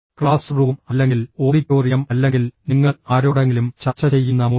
class room അല്ലെങ്കിൽ auditorium അല്ലെങ്കിൽ നിങ്ങൾ ആരോടെങ്കിലും ചർച്ച ചെയ്യുന്ന മുറി